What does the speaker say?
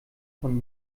von